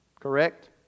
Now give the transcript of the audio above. Correct